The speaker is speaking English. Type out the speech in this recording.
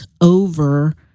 over